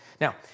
Now